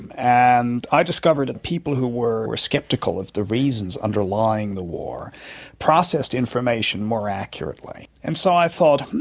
and and i discovered people who were were sceptical of the reasons underlying the war processed information more accurately. and so i thought, hmm,